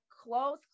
close